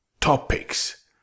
topics